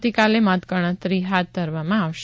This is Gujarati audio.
આવતીકાલે મત ગણતરી હાથ ધરવામા આવશે